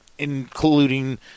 Including